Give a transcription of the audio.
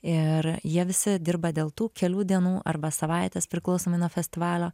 ir jie visi dirba dėl tų kelių dienų arba savaitės priklausomai nuo festivalio